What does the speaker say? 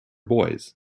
boys